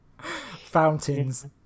Fountains